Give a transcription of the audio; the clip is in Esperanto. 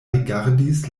rigardis